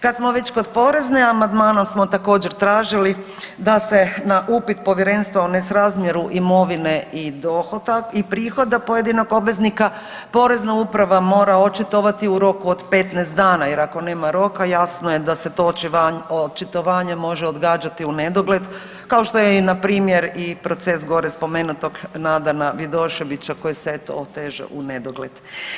Kad smo već kod Porezne, amandmanom smo također, tražili da se na upit Povjerenstva o nesrazmjeru imovine i ... prihoda pojedinog obveznika, Porezna uprava mora očitovati u roku od 15 dana jer ako nema roka, jasno je da se to očitovanje može odgađati unedogled, kao što je i npr. i proces gore spomenutog Nadana Vidoševića koji se, eto, oteže unedogled.